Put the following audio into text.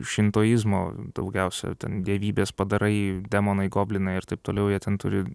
šintoizmo daugiausia ten dievybės padarai demonai goblinai ir taip toliau jie ten turi